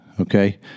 okay